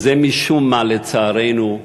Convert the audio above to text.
וזה, משום מה, לצערנו,